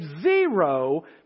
zero